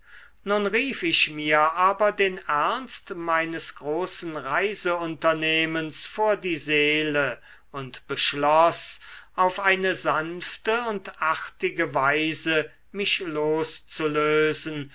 nun rief ich mir aber den ernst meines großen reiseunternehmens vor die seele und beschloß auf eine sanfte und artige weise mich loszulösen